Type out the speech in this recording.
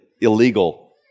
illegal